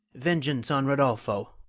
vengeance on rodolpho!